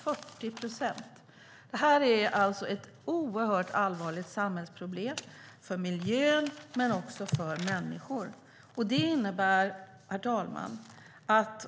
Det är alltså ett oerhört allvarligt samhällsproblem, inte bara för miljön utan också för människor. Herr talman!